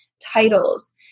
titles